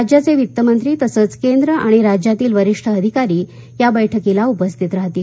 राज्यांचे वित्त मंत्री तसंच केंद्र आणि राज्यातील वरिष्ठ अधिकारी या बैठकीला उपस्थित राहतील